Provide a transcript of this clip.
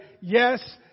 yes